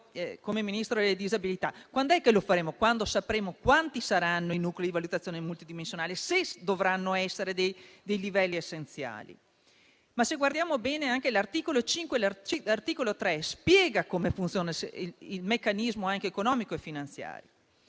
quando sapremo quanti saranno i nuclei di valutazione multidimensionali, e se dovranno essere dei livelli essenziali. Se lo leggiamo attentamente, l'articolo 3 spiega come funziona il meccanismo economico e finanziario.